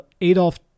Adolf